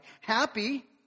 happy